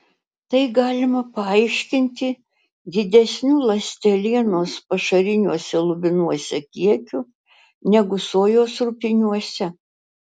tai galima paaiškinti didesniu ląstelienos pašariniuose lubinuose kiekiu negu sojos rupiniuose